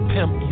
Pimp